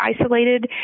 isolated